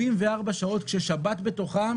74 שעות, כששבת בתוכן